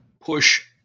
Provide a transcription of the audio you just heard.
push